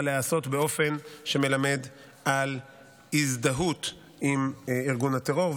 להיעשות באופן שמלמד על הזדהות עם ארגון הטרור,